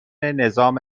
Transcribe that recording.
نظام